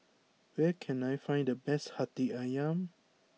where can I find the best Hati Ayam